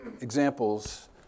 examples